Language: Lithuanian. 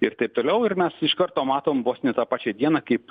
ir taip toliau ir mes iš karto matom vos ne tą pačią dieną kaip